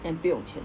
and 不用钱